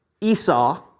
Esau